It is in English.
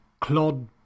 Claude